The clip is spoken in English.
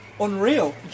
unreal